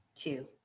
Two